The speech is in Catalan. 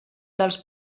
dels